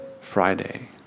Friday